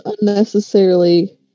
unnecessarily